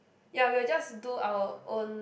ya we'll just do our own